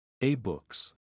A-Books